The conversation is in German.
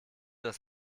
das